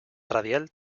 radial